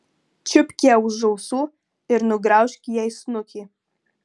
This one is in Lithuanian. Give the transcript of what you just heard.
čiupk ją už ausų ir nugraužk jai snukį